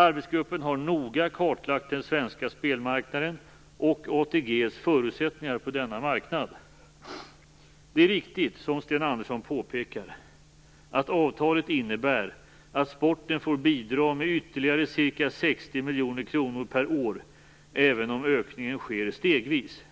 Arbetsgruppen har noga kartlagt den svenska spelmarknaden och ATG:s förutsättningar på denna marknad. Det är riktigt, som Sten Andersson påpekar, att avtalet innebär att sporten får bidra med ytterligare ca 60 miljoner kronor per år, även om ökningen sker stegvis.